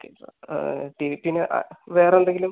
okay sir ടിവിക്ക് ഇനി ആ വേറെ എന്തെങ്കിലും